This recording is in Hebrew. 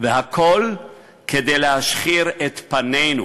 והכול כדי להשחיר את פנינו,